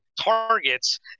targets